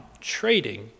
trading